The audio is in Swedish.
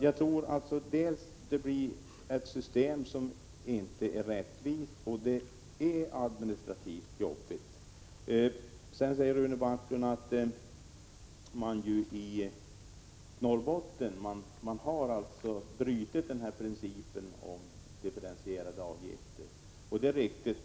Jag tror att ett sådant system som Rune Backlund talar om inte är rättvist och att det skulle bli administrativt krångligt. Rune Backlund säger att i Norrbotten prövar man principen med differentierade avgifter, och det är riktigt.